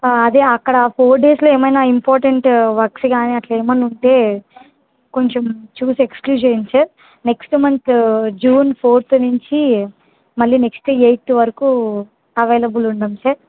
అదే అక్కడ ఆ ఫోర్ డేస్లో ఏమైనా ఇంపార్టెంట్ వర్క్స్ గానీ అట్లా ఏమన్నా ఉంటే కొంచెం చూసి ఎక్స్క్యూజ్ చేయండి sir next month June fourth నుంచి మళ్ళీ నెక్స్ట్ ఎయిత్ వరకు అవైలబుల్ ఉండం సార్